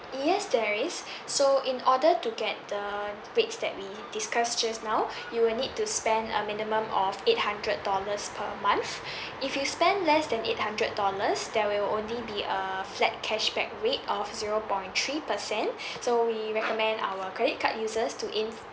yes there is so in order to get the rates that we discussed just now you will need to spend a minimum of eight hundred dollars per month if you spend less than eight hundred dollars there will only be a flat cashback rate of zero point three percent so we recommend our credit card users to aim